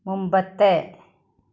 മുമ്പത്തെ